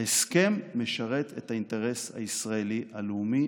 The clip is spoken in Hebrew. ההסכם משרת את האינטרס הישראלי הלאומי.